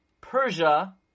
Persia